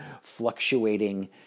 fluctuating